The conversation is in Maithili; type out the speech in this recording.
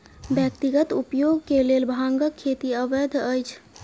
व्यक्तिगत उपयोग के लेल भांगक खेती अवैध अछि